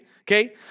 okay